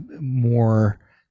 More